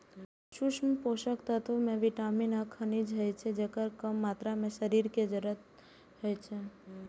सूक्ष्म पोषक तत्व मे विटामिन आ खनिज होइ छै, जेकर कम मात्रा मे शरीर कें जरूरत होइ छै